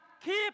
keep